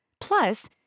Plus